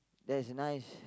that's nice